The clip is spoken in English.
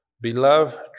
Beloved